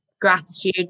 gratitude